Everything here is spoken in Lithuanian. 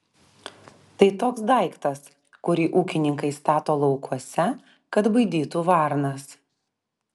tai toks daiktas kurį ūkininkai stato laukuose kad baidytų varnas